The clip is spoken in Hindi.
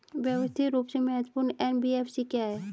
व्यवस्थित रूप से महत्वपूर्ण एन.बी.एफ.सी क्या हैं?